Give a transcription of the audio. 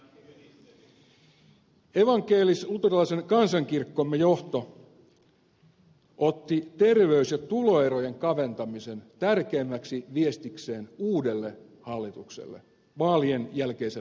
evankelis luterilaisen kansankirkkomme johto otti terveys ja tuloerojen kaventamisen tärkeimmäksi viestikseen uudelle hallitukselle vaalien jälkeiselle politiikalle